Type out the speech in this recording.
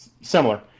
Similar